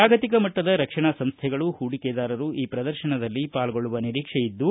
ಜಾಗತಿಕ ಮಟ್ಟದ ರಕ್ಷಣಾ ಸಂಸ್ಥೆಗಳು ಪೂಡಿಕೆದಾರರು ಈ ಪ್ರದರ್ಶನದಲ್ಲಿ ಪಾಲ್ಗೊಳ್ಳುವ ನಿರೀಕ್ಷೆಯಿದ್ದು